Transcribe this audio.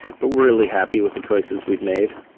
but we're really happy with the choices we've made.